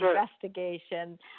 investigation